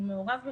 הוא מעורב בכך.